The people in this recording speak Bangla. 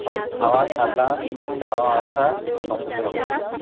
সব খাওয়া থাকা যাওয়া আসা সমস্ত রকম একদম